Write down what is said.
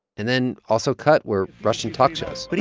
and then also cut were russian talk shows, but